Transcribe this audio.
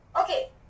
Okay